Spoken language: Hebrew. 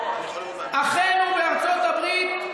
אחינו בארצות הברית,